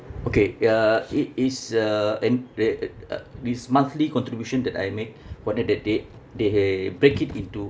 okay uh it is a and is monthly contribution that I make follow the date they break it into